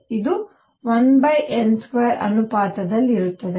ಇದು 1n2 ಅನುಪಾತದಲ್ಲಿರುತ್ತದೆ